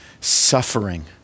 suffering